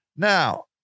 Now